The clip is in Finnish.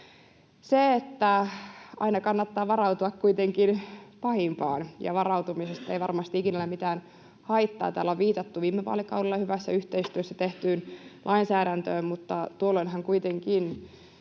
Aina kannattaa varautua kuitenkin pahimpaan, ja varautumisesta ei varmasti ikinä ole mitään haittaa. Täällä on viitattu viime vaalikaudella hyvässä yhteistyössä tehtyyn lainsäädäntöön, mutta tuolloinhan kuitenkaan